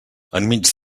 enmig